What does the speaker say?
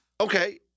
Okay